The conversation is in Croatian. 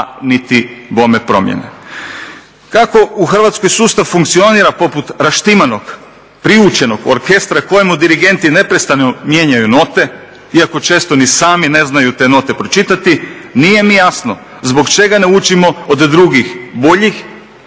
niti bome promjene. Kako u Hrvatskoj sustav funkcionira poput raštimanog, priučenog orkestra kojemu dirigenti neprestano mijenjaju note iako često ni sami ne znaju te note pročitati nije mi jasno zbog čega ne učimo od drugih boljih,